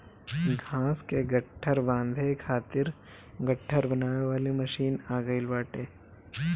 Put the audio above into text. घाँस कअ गट्ठर बांधे खातिर गट्ठर बनावे वाली मशीन आ गइल बाटे